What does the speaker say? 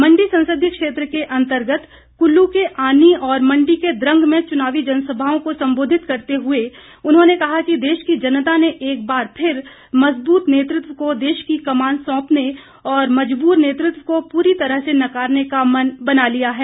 मंडी संसदीय क्षेत्र के अतंर्गत कुल्लू के आनी और मंडी के द्वंग में चुनावी जनसभाओं को संबोधित करते हुए उन्होंने कहा कि देश की जनता ने एक बार फिर मजबूत नेतृत्व को देश की कमान सौंपने और मजबूर नेतृत्व को पूरी तरह से नकारने का मन बना लिया है